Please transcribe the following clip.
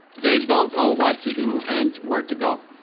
they don't know what to do and where to go.